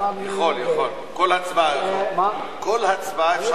יכול לבקש להפוך הצעה לסדר-היום להצעת אמון או אי-אמון בממשלה.